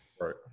Right